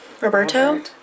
roberto